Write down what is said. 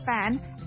fan